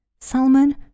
Salmon